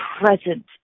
present